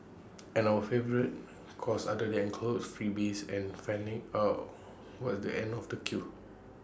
and our favourite cause other than clothes freebies and finding out was the end of the queue